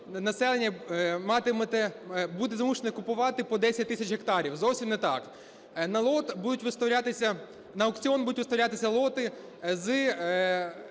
населення буде змушене купувати по 10 тисяч гектарів, зовсім не так. На лот будуть виставлятися… на аукціон будуть виставлятися лоти з